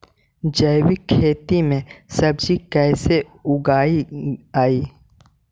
जैविक खेती में सब्जी कैसे उगइअई?